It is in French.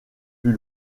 plus